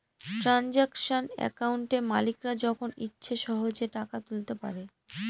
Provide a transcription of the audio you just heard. transaction একাউন্টে মালিকরা যখন ইচ্ছে সহেজে টাকা তুলতে পারে